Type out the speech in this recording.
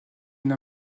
une